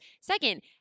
Second